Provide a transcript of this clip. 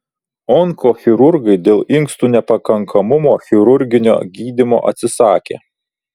onkochirurgai dėl inkstų nepakankamumo chirurginio gydymo atsisakė